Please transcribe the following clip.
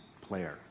player